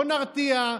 לא נרתיע,